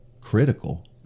critical